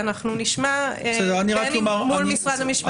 ואנחנו נשמע בין אם מול משרד המשפטים ובין אם מול הוועדה.